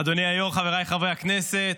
אדוני היו"ר, חבריי חברי הכנסת.